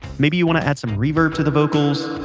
maybe you want to add some reverb to the vocals,